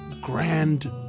Grand